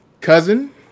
cousin